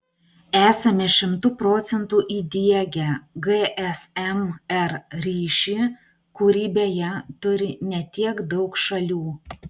esame šimtu procentų įdiegę gsm r ryšį kurį beje turi ne tiek daug šalių